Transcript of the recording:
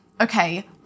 okay